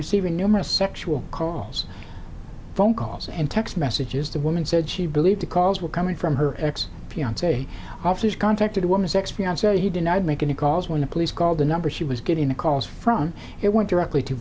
receiving numerous sexual calls phone calls and text messages the woman said she believed the calls were coming from her ex fiance officers contacted woman sex fiance he denied making the calls when the police called the number she was getting the calls from it went directly to